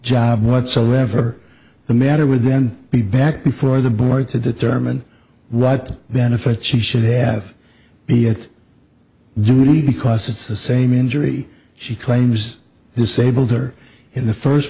job whatsoever the matter with then be back before the board to determine what benefits she should have be it generally because it's the same injury she claims disabled or in the first